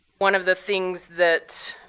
one of the things that